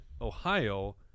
Ohio